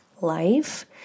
life